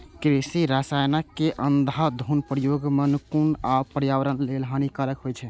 कृषि रसायनक अंधाधुंध प्रयोग मनुक्ख आ पर्यावरण लेल हानिकारक होइ छै